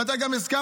ואתה גם הסכמת,